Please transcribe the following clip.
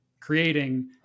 creating